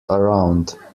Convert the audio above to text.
around